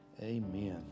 amen